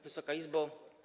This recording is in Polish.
Wysoka Izbo!